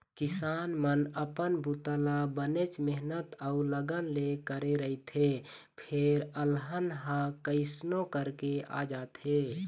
किसान मन अपन बूता ल बनेच मेहनत अउ लगन ले करे रहिथे फेर अलहन ह कइसनो करके आ जाथे